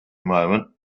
moment